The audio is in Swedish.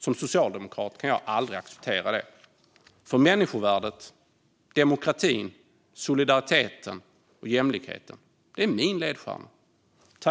Som socialdemokrat kan jag aldrig acceptera det, för människovärdet, demokratin, solidariteten och jämlikheten är min ledstjärna.